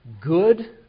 good